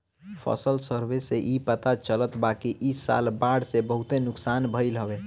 फसल सर्वे से इ पता चलल बाकि इ साल बाढ़ से बहुते नुकसान भइल हवे